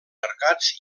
mercats